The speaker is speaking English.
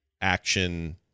action